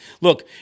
Look